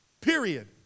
period